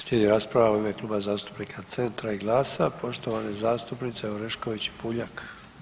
Slijedi rasprava u ime Kluba zastupnika Centra i GLAS-a poštovane zastupnice Orešković i PUljak.